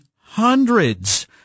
hundreds